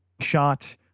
shot